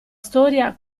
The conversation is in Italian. storia